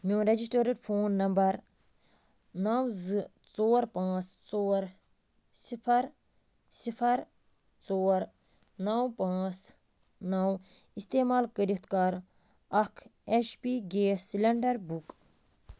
میون registered phone number نَو زٕ ژور پانٛژھ ژور صِفَر صِفَر ژور نَو پانٛژھ نَو استعمال کٔرِتھ کَر اَکھ H P gas cylinder book